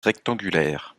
rectangulaires